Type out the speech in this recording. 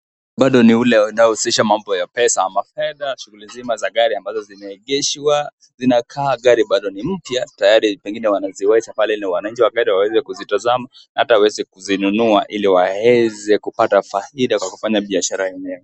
Bado ni ule unaohusisha mambo ya pesa ama fedha shughuli nzima za gari ambazo zimeegeshwa zinakaa gari bado ni mpya tayari pengine wanaziwai safarini wananchi wakaweza kuzitazama hata waweze kuzinunua ili waweze kupata faida kwa kufanya biashara yenyewe.